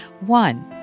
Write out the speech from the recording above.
One